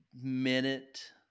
minute